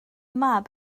mab